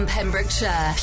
Pembrokeshire